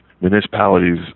municipalities